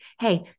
Hey